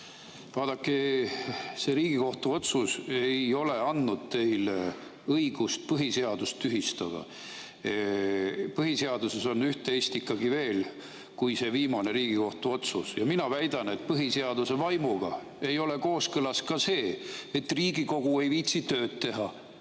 Vaadake, see Riigikohtu otsus ei ole andnud teile õigust põhiseadust tühistada. Põhiseaduses on üht-teist ikkagi veel kui see viimane Riigikohtu otsus. Ja mina väidan, et põhiseaduse vaimuga ei ole kooskõlas ka see, et Riigikogu ei viitsi tööd teha.